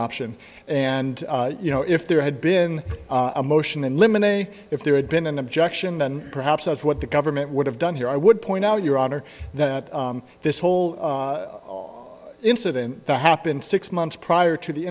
option and you know if there had been a motion in limine a if there had been an objection then perhaps that's what the government would have done here i would point out your honor that this whole incident that happened six months prior to the